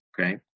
Okay